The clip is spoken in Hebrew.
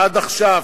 ועד עכשיו,